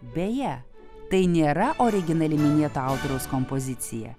beje tai nėra originali minėto autoriaus kompozicija